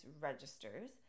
registers